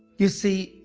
you see,